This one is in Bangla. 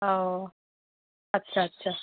ও আচ্ছা আচ্ছা